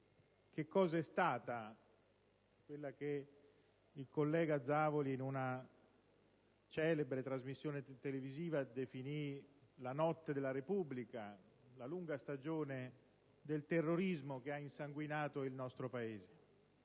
cosa è stata quella che il collega Zavoli, in una celebre trasmissione televisiva, definì "la notte della Repubblica", la lunga stagione del terrorismo che ha insanguinato il nostro Paese.